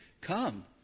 Come